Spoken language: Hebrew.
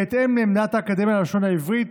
בהתאם לעמדת האקדמיה ללשון העברית,